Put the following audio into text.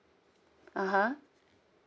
(uh huh)